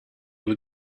were